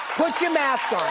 put your mask